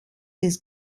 des